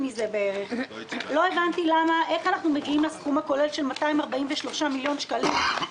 אין שום בעיה.